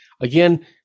again